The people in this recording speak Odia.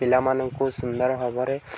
ପିଲାମାନଙ୍କୁ ସୁନ୍ଦର ଭାବରେ